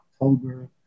October